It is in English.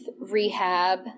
rehab